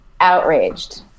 outraged